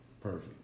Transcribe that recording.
perfect